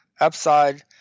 upside